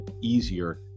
easier